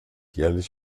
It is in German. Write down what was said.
jährlich